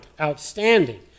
outstanding